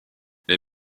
les